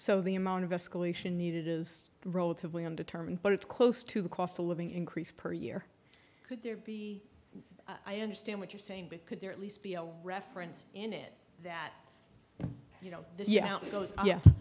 so the amount of escalation needed is relatively undetermined but it's close to the cost of living increase per year could there be i understand what you're saying but could there at least be a reference in it that you know